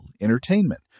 entertainment